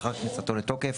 לאחר כניסתו לתוקף,